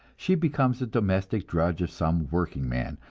she becomes the domestic drudge of some workingman,